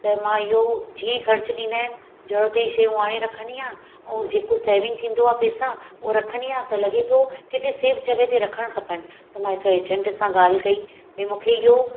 त मां इहो जीअं ई ख़र्चु ॾींदा आहिनि ज़रूरत जी शयूं आणे रखंदी आहियां ऐं जेको सेविंग थींदो आहे पैसा उहो रखंदी आहियां त लॻे पियो किथे सेफ़ जॻह ते रखणु खपनि त मां हिकु एजंट सां ॻाल्हि कई भई मूंखे इहो